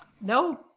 no